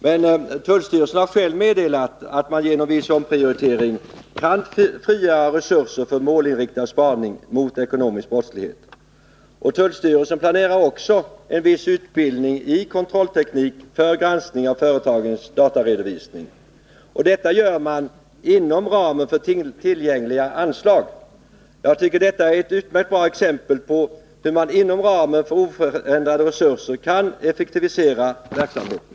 Men tullstyrelsen har själv meddelat att man genom viss omprioritering kan frigöra resurser för målinriktad spaning mot ekonomisk brottslighet. Tullstyrelsen planerar också en viss utbildning i kontrollteknik för granskning av företagens dataredovisning inom ramen för tillgängliga anslag. Jag tycker att det är ett utmärkt bra exempel på hur man inom ramen för oförändrade resurser kan effektivisera verksamheten.